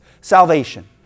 Salvation